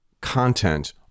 content